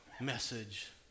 message